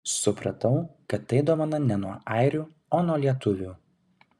supratau kad tai dovana ne nuo airių o nuo lietuvių